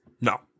No